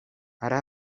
hara